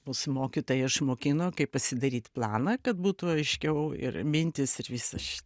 mus mokytojai išmokino kaip pasidaryt planą kad būtų aiškiau ir mintys ir visa ši